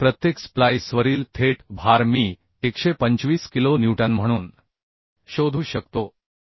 तर प्रत्येक स्प्लाइसवरील थेट भार मी 125 किलो न्यूटन म्हणून शोधू शकतो